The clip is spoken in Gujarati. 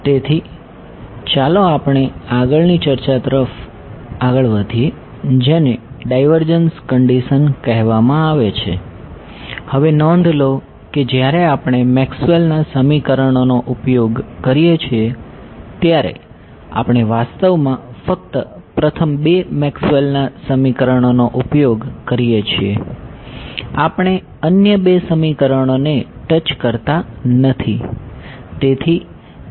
તેથી ચાલો આપણે આગળની ચર્ચા તરફ આગળ વધીએ જેને ડાઇવર્જન્સ કન્ડિશન કહેવામાં આવે છે હવે નોંધ લો કે જ્યારે આપણે મેક્સવેલ ના સમીકરણોનો ઉપયોગ કરીએ છીએ ત્યારે આપણે વાસ્તવમાં ફક્ત પ્રથમ બે મેક્સવેલના સમીકરણોનો ઉપયોગ કરીએ છીએ આપણે અન્ય બે સમીકરણોને ટચ કરતાં નથી